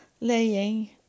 laying